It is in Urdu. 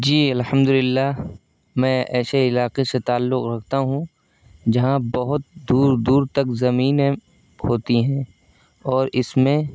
جی الحمد للّہ میں ایسے علاقے سے تعلّق رکھتا ہوں جہاں بہت دور دور تک زمینیں ہوتی ہیں اور اس میں